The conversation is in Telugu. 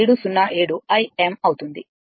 707 Im అవుతుంది